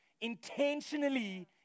intentionally